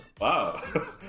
Wow